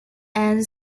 and